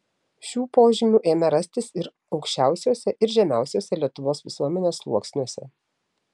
šių požymių ėmė rastis ir aukščiausiuose ir žemiausiuose lietuvos visuomenės sluoksniuose